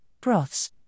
broths